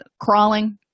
crawling